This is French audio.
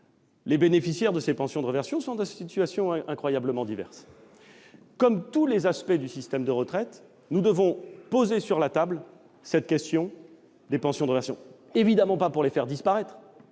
les bénéficiaires de ces pensions se trouvent dans des situations incroyablement diverses. Comme tous les aspects du système de retraite, nous devons poser sur la table la question les pensions de réversion. Il ne s'agit évidemment pas de les faire disparaître.